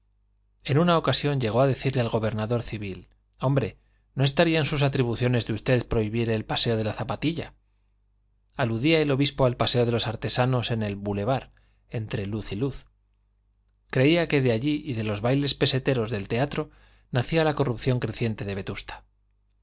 en una ocasión llegó a decirle al gobernador civil hombre no estaría en sus atribuciones de usted prohibir el paseo de la zapatilla aludía el obispo al paseo de los artesanos en el boulevard entre luz y luz creía que de allí y de los bailes peseteros del teatro nacía la corrupción creciente de vetusta